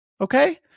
Okay